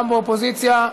גם באופוזיציה,